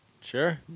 Sure